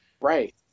Right